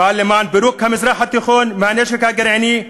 אפעל למען פירוק המזרח התיכון מהנשק הגרעיני,